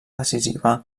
decisiva